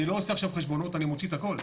לא עושה עכשיו חשבונות אני מוציא את הכל.